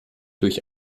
durch